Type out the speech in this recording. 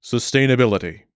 Sustainability